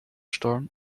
storm